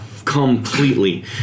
completely